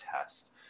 test